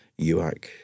UAC